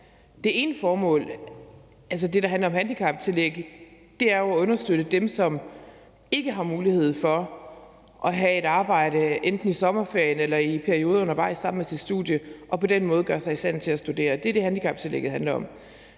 Det ene formål, altså der, hvor det handler om handicaptillæg, er jo at understøtte dem, som ikke har mulighed for at have et arbejde, enten i sommerferien eller i perioder undervejs sammen med studiet, og på den måde gøre sig i stand til at studere. Det er det, handicaptillægget handler om.